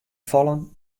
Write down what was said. fallen